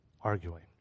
arguing